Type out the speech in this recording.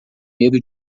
medo